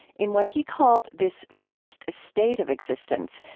in what he called this first state of existence,